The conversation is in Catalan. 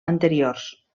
anteriors